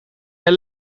een